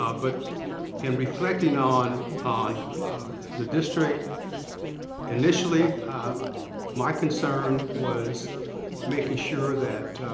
ah but in reflecting on on the district initially my concern was making sure that